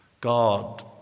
God